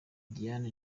diana